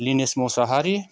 Lioness Mushahary